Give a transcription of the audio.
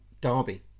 derby